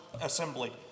assembly